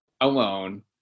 alone